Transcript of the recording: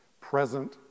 Present